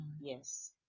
yes